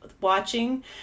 watching